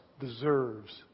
deserves